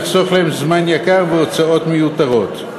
לחסוך להם זמן יקר והוצאות מיותרות.